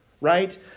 Right